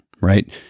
right